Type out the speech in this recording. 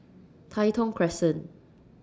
Tai Thong Crescent